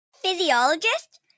Physiologist